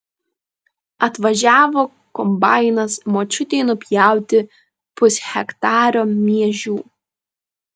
atvažiavo kombainas močiutei nupjauti pushektario miežių